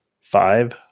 Five